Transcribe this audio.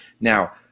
Now